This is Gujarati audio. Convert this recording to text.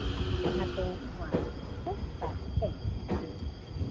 હા હા તો હું આવી જાઈસ બસ સારું ચલો થેન્ક યુ